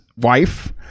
wife